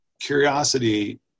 curiosity